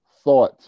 thought